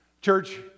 Church